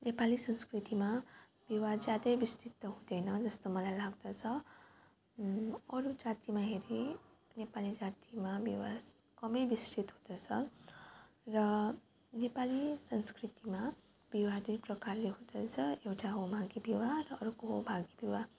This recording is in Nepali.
नेपाली संस्कृतिमा विवाह ज्यादै विस्तृत त हुँदैन जस्तो मलाई लाग्दछ अरू जातिमा हेरी नेपाली जातिमा विवाह कम विस्तृत हुँदछ र नेपाली संस्कृतिमा विवाह त्यही प्रकारले हुँदछ एउटा हो मागी विवाह र अर्को हो भागी विवाह